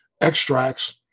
extracts